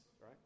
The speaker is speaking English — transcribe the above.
right